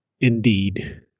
indeed